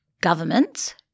governments